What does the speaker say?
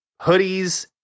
hoodies